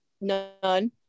None